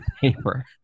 paper